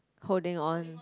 holding on